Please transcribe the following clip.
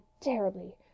terribly